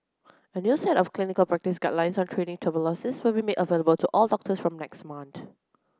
a new set of clinical practice guidelines on treating tuberculosis will be made available to all doctors from next month